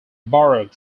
borough